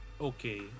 okay